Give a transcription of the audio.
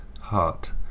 heart